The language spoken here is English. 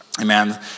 amen